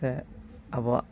ᱥᱮ ᱟᱵᱚᱣᱟᱜ